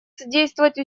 содействовать